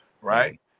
right